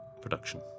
production